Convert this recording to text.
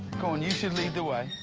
come on, you should lead the way.